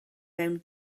mewn